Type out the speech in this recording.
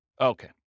Okay